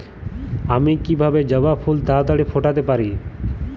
আমি কিভাবে জবা ফুল তাড়াতাড়ি ফোটাতে পারি?